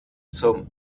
zum